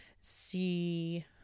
see